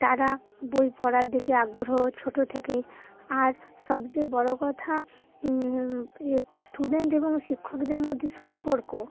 তারা বই পড়ার দিকে আগ্রহ ছোটো থেকে আর সবচেয়ে বড় কথা এ স্টুডেন্ট এবং শিক্ষকদের মধ্যে সম্পর্ক